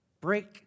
Break